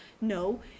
no